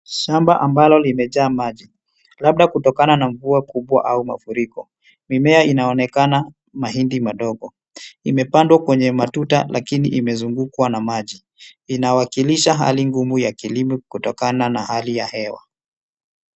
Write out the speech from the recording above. Shamba ambalo limejaa maji, labda kutokana na mvua kubwa au mafuriko. Mimea inaonekana mahindi madogo. Imepandwa kwenye matuta lakini imezungukwa na maji. Inawakilisha hali ngumu ya kilimo kutokana na hali ya hewa.